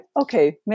okay